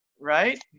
right